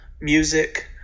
music